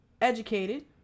educated